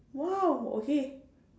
!wow! okay